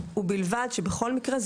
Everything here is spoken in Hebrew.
ובלבד שבכל מקרה,